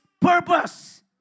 purpose